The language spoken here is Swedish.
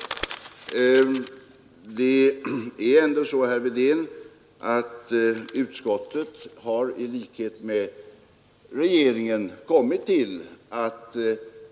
Utskottet har ändå, herr Wedén, i likhet med regeringen kommit till att